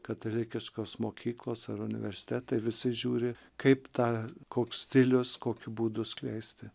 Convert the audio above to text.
katalikiškos mokyklos ar universitetai visi žiūri kaip tą koks stilius kokiu būdu skleisti